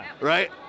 Right